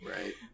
Right